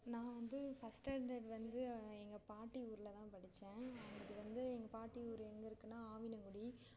நான் வந்து first standard வந்து எங்கள் பாட்டி ஊரில்தான் படித்தேன் அது வந்து எங்கள் பாட்டி ஊர் எங்கே இருக்குன்னால் ஆவினங்குடி